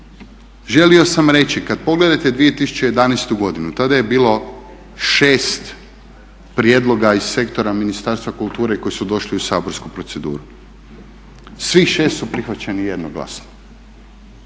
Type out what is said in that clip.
želio sam reći, kad pogledate 2011. godinu tada je bilo 6 prijedloga iz sektora Ministarstva kulture koji su došli u saborsku proceduru. Svih 6 su prihvaćeni jednoglasno.